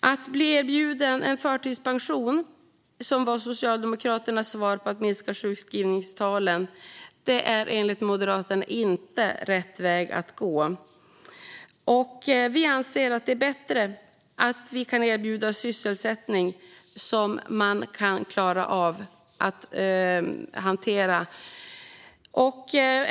Att erbjuda förtidspension, som var Socialdemokraternas svar för att minska sjukskrivningstalen, är enligt Moderaterna inte rätt väg att gå. Vi anser att det är bättre att erbjuda sysselsättning som man kan klara av att hantera.